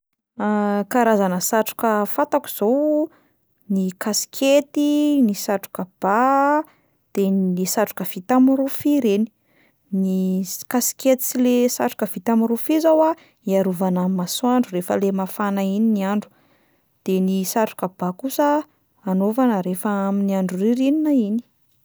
Karazana satroka fantako zao: ny kaskety, ny satroka ba, de n- le satroka vita amin'ny rofia reny; ny s- kaskety sy le satroka vita amin'ny rofia zao a iarovana amin'ny masoandro rehefa le mafana iny ny andro, de ny satroka ba kosa anaovana rehefa amin'ny andro ririnina iny.